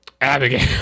Abigail